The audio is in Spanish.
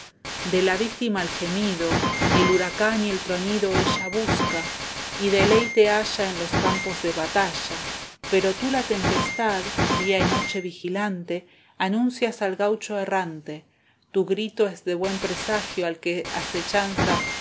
de la víctima el gemido el huracán y el tronido ella busca y deleite halla en los campos de batalla pero tú la tempestad día y noche vigilante anuncias al gaucho errante tu grito es de buen presagio al que asechanza